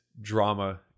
drama